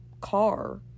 car